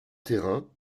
terrain